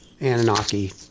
Anunnaki